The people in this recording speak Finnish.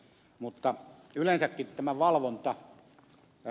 mutta yleensäkin tämä valvonta